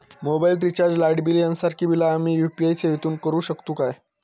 Mobile recharge, light bill यांसारखी बिला आम्ही यू.पी.आय सेवेतून करू शकतू काय?